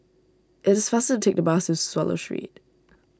it is faster to take the bus to Swallow Street